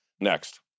Next